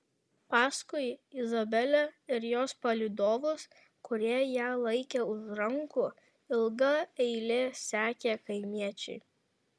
paskui izabelę ir jos palydovus kurie ją laikė už rankų ilga eile sekė kaimiečiai